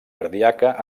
ardiaca